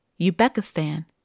Uzbekistan